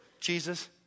Jesus